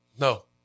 No